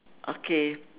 okay